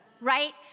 right